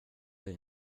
dig